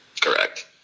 Correct